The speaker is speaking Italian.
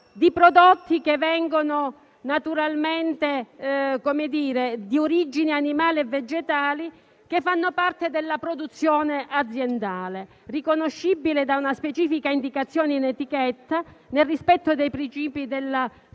di prodotti di origine animale e vegetale che fanno parte della produzione aziendale, riconoscibile da una specifica indicazione in etichetta, nel rispetto dei principi della salubrità,